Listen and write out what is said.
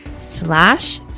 slash